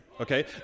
Okay